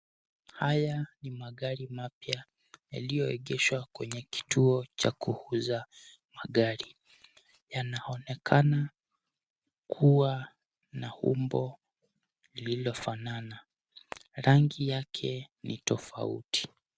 Haya ni magari mapya, yaliyoegeshwa kwenye kituo cha kuuza magari. Yanaonekana kuwa na umbo lililofanana. Rangi yake ni tofauti.